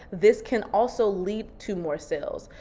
this can also lead to more sales.